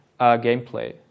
gameplay